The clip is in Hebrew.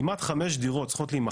כמעט 5 דירות צריכות להימכר.